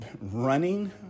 running